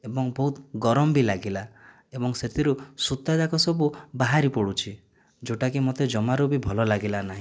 ଏବଂ ବହୁତ ଗରମ ବି ଲାଗିଲା ଏବଂ ସେଥିରୁ ସୂତାଯାକ ସବୁ ବାହାରି ପଡ଼ୁଛି ଯେଉଁଟା କି ମୋତେ ଜମାରୁ ବି ଭଲ ଲାଗିଲା ନାହିଁ